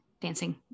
Dancing